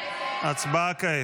הצבעה כעת.